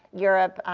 europe,